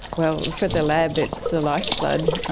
well, for the lab it's the lifeblood,